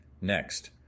Next